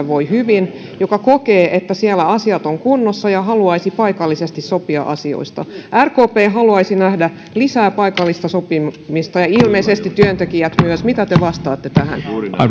voi hyvin joka kokee että siellä asiat ovat kunnossa ja haluaisi paikallisesti sopia asioista rkp haluaisi nähdä lisää paikallista sopimista ja ilmeisesti työntekijät myös mitä te vastaatte tähän